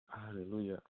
Hallelujah